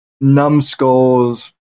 Numbskull's